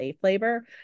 flavor